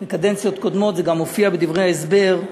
בקדנציות קודמות, זה גם מופיע בדברי ההסבר,